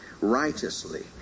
righteously